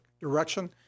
direction